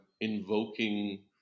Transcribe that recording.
invoking